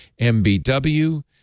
mbw